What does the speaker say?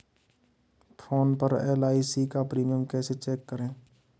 Phone पर LIC का premium कैसे चेक करें?